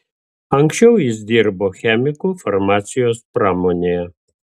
anksčiau jis dirbo chemiku farmacijos pramonėje